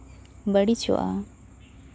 ᱵᱟᱹᱲᱤᱡᱚᱜᱼᱟ